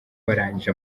barangije